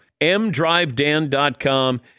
mdrivedan.com